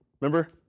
remember